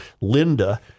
Linda